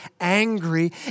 angry